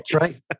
Right